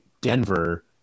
Denver